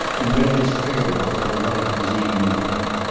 and read his prayer book by the light of his evening lamp.